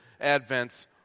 Advent's